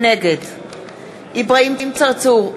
נגד אברהים צרצור,